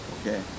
okay